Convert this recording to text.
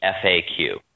FAQ